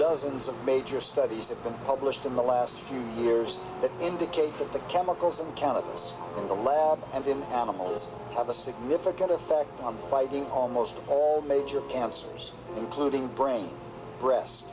dozens of major studies have been published in the last few years that indicate that the chemicals and chemicals in the lab and in animals have a significant effect on fighting almost all major cancers including brain breast